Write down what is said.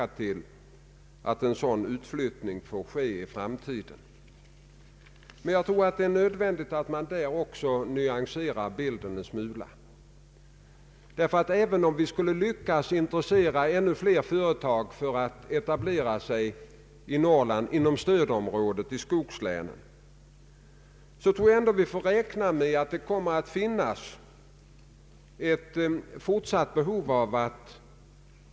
En annan viktig sak som framgår av det här materialet är att människorna också tänker på familjen och på barnens utbildningsmöjligheter. Därför är det orealistiskt att räkna med att vi kan bevara strukturen överallt i vårt samhälle sådan som den råkar vara i dag. Det kommer att ske förändringar även framöver.